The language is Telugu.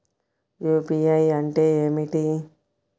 యూ.పీ.ఐ అంటే ఏమిటీ?